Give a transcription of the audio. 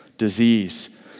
disease